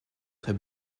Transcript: très